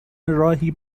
راهی